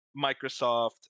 Microsoft